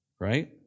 right